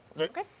okay